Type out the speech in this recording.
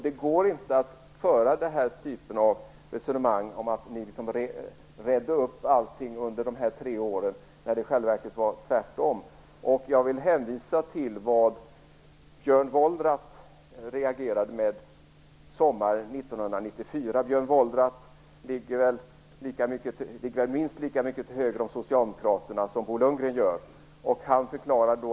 Det går inte att resonera som om ni redde upp allt under dessa tre år när det i själva verket var tvärtom. Jag vill hänvisa till hur Björn Wolrath reagerade sommaren 1994. Han ligger minst lika långt till höger om Socialdemokraterna som Bo Lundgren gör.